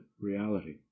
reality